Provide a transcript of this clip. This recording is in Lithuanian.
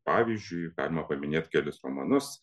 pavyzdžiui galma paminėt kelis romanus